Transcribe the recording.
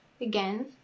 again